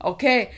Okay